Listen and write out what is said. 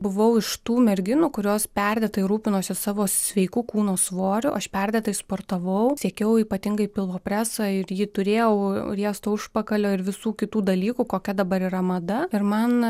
buvau iš tų merginų kurios perdėtai rūpinosi savo sveiku kūno svoriu aš perdėtai sportavau siekiau ypatingai pilvo preso ir jį turėjau riesto užpakalio ir visų kitų dalykų kokia dabar yra mada ir man